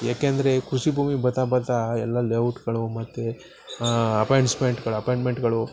ಯಾಕೆಂದರೆ ಈ ಕೃಷಿ ಭೂಮಿ ಬತ್ತ ಬತ್ತ ಎಲ್ಲ ಲೇಔಟುಗಳು ಮತ್ತು ಅಪಾಂಯಿಂಟ್ಸ್ಮೆಂಟುಗಳು ಅಪಾಯಿಂಟ್ಮೆಂಟುಗಳು